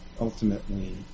ultimately